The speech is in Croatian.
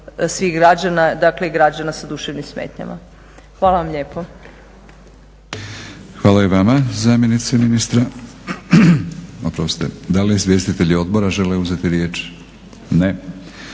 svih građana, dakle i građana sa duševnim smetnjama. Hvala vam lijepo. **Batinić, Milorad (HNS)** Hvala i vama zamjenice ministra. Da li izvjestitelji odbora žele uzeti riječ? Ne.